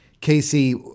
Casey